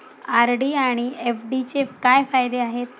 RD आणि एफ.डीचे काय फायदे आहेत?